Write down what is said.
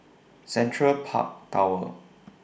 Central Park Tower